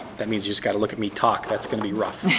that means you just gotta look at me talk. that's gonna be rough.